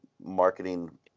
marketing